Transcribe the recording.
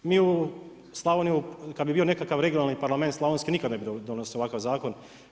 Mi u Slavoniji kada bi bio nekakav regionalni parlament slavonski nikada ne bi donosili ovakav zakon.